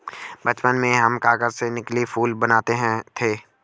बचपन में हम कागज से नकली फूल बनाते थे